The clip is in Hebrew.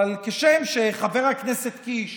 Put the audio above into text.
אבל כשם שחבר הכנסת קיש